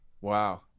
Wow